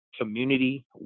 community